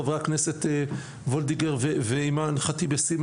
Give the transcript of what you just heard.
חברות הכנסת וולדיגר ואימאן ח'טיב יאסין,